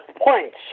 points